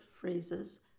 phrases